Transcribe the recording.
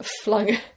flung